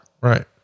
Right